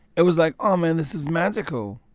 it was like, oh, man, this is magical.